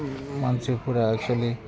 मानसिफ्रा एकसुलि